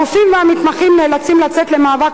הרופאים והמתמחים נאלצים לצאת למאבק